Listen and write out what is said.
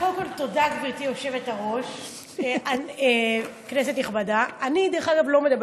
לקריאה ראשונה, של מירב בן ארי.